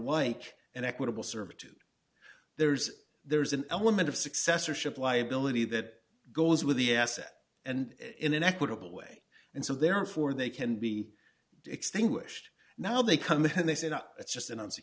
like an equitable servitude there's there's an element of successorship liability that goes with the asset and in an equitable way and so therefore they can be extinguished now they come in and they say it's just